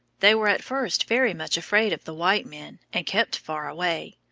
they were at first very much afraid of the white men and kept far away.